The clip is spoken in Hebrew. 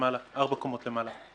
ארבע קומות למעלה.